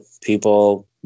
people